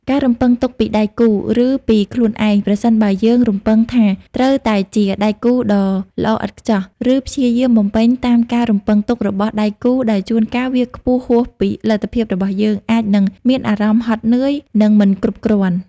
ការរំពឹងទុកពីដៃគូ ឬពីខ្លួនឯងប្រសិនបើយើងរំពឹងថាត្រូវតែជា "ដៃគូដ៏ល្អឥតខ្ចោះ" ឬព្យាយាមបំពេញតាមការរំពឹងទុករបស់ដៃគូដែលជួនកាលវាខ្ពស់ហួសពីលទ្ធភាពរបស់យើង អាចនឹងមានអារម្មណ៍ហត់នឿយ និងមិនគ្រប់គ្រាន់។